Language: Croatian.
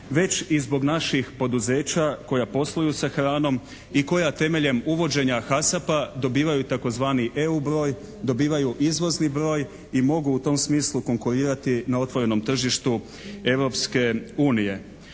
već i zbog naših poduzeća koja posluju sa hranom i koja temeljem uvođenja «HASAPA» dobivaju tzv. EU broj, dobivaju izvozni broj i mogu u tom smislu konkurirati na otvorenom tržištu